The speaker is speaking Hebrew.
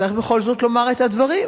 צריך בכל זאת לומר את הדברים.